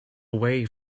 away